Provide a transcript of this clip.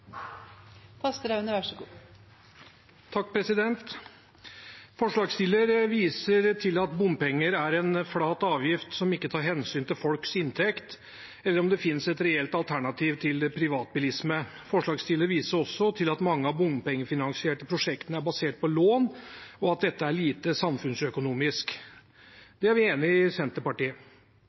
en flat avgift som ikke tar hensyn til folks inntekt eller om det finnes et reelt alternativ til privatbilisme. Forslagsstilleren viser også til at mange av de bompengefinansierte prosjektene er basert på lån, og at dette er lite samfunnsøkonomisk. Det er vi i Senterpartiet enig i.